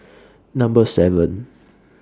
Number seven